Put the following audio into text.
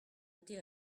été